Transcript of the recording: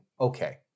okay